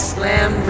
Slam